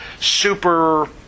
super